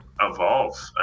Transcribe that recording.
evolve